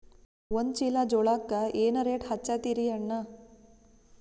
ಒಂದ ಚೀಲಾ ಜೋಳಕ್ಕ ಏನ ರೇಟ್ ಹಚ್ಚತೀರಿ ಅಣ್ಣಾ?